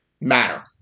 matter